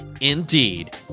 Indeed